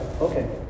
okay